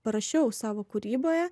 parašiau savo kūryboje